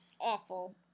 Awful